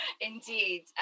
Indeed